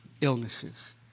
illnesses